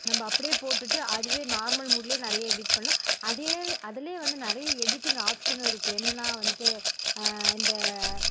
நம்ம அப்படியே போட்டுட்டு அதுவே நார்மல் மோட்லேயே நிறைய எடிட் பண்ணும் அதையே அதுலேயே வந்து நிறைய எடிட்டிங் ஆப்ஷனும் இருக்குது என்னன்னால் வந்துட்டு இந்த